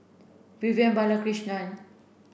Vivian Balakrishnan